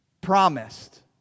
promised